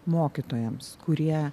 mokytojams kurie